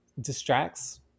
distracts